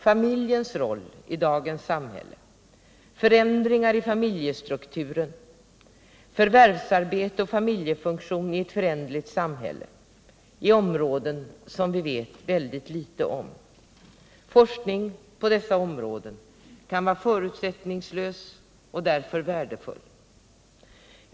Familjens roll i dagens samhälle, förändringar i familjestrukturen, förvärvsarbete och familjefunktion i ett föränderligt samhälle är områden som vi vet mycket litet om. Forskning på dessa områden kan vara förutsättningslös och därför värdefull.